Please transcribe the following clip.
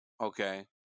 okay